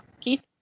Keith